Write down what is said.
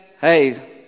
hey